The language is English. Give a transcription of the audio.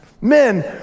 Men